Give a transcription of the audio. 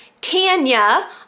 Tanya